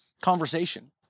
conversation